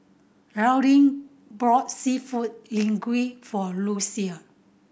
Laurene bought Seafood Linguine for Lucile